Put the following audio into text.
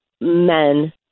men